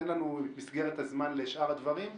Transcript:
אין לנו את מסגרת הזמן לשאר הדברים,